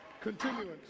Continuance